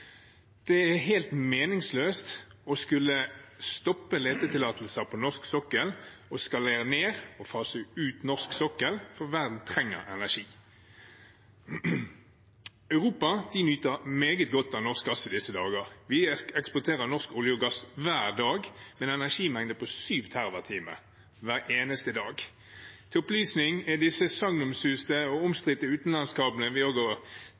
Det er helt meningsløst å skulle stoppe letetillatelser på norsk sokkel og skalere ned og fase ut norsk sokkel, for verden trenger energi. Europa nyter meget godt av norsk gass i disse dager. Vi eksporterer norsk olje og gass hver dag – en energimengde på 7 TWh hver eneste dag. Til opplysning har disse sagnomsuste og